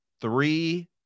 three